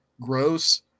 gross